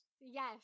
Yes